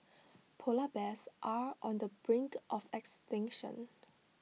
Polar Bears are on the brink of extinction